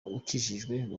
ukijijwe